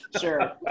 Sure